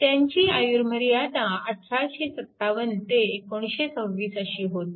त्यांची आयुर्मर्यादा 1857 ते 1926 अशी होती